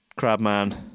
Crabman